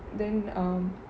then um